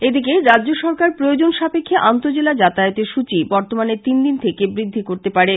এদিকে রাজ্য সরকার প্রয়োজন সাপেক্ষে আন্তঃ জেলা যাতায়াতের সূচী বর্তমানে তিন দিন থেকে বৃদ্ধি করতে পারে